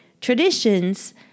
traditions